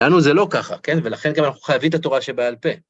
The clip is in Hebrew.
לנו זה לא ככה, כן? ולכן גם אנחנו חייבים את התורה שבעל פה.